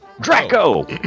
Draco